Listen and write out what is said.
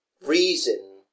reason